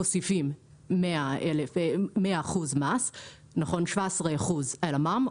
מוסיפים 100% מס - 17% מע"מ,